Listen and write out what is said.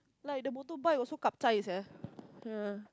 like the motorbike also sia uh